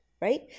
right